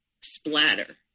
splatter